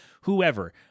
whoever